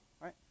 right